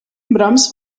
brahms